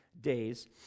days